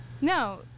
no